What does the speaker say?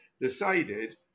decided